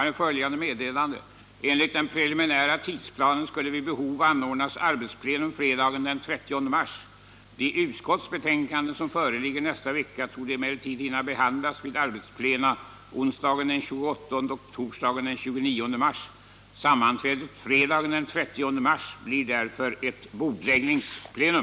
Enligt den preliminära tidsplanen skulle vid behov anordnas arbetsplenum fredagen den 30 mars. De utskottsbetänkanden som föreligger nästa vecka torde emellertid hinna behandlas vid arbetsplena onsdagen den 28 och torsdagen den 29 mars. Sammanträdet fredagen den 30 mars blir därför ett bordläggningsplenum.